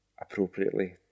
appropriately